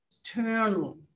external